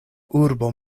urbo